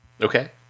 Okay